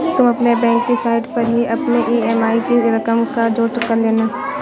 तुम अपने बैंक की साइट पर ही अपने ई.एम.आई की रकम का जोड़ कर लेना